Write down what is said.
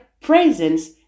presence